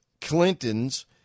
Clintons